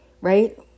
right